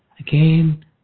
Again